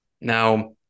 Now